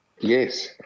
Yes